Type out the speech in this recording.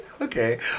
Okay